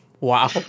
Wow